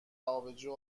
آبجو